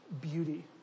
beauty